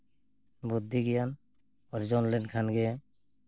ᱵᱩᱫᱽᱫᱷᱤ ᱜᱮᱭᱟᱱ ᱚᱨᱡᱚᱱ ᱞᱮᱱᱠᱷᱟᱱ ᱜᱮ